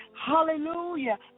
Hallelujah